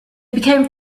became